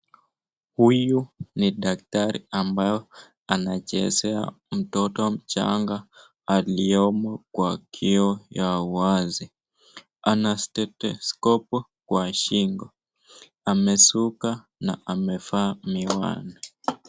Huyu ni daktari ambaye anachezea mtoto mchanga aliyomo kwa kioo yao wazi ana{cs} stereoscope{cs} kwa shingo, ameshuka na amevaa miwani.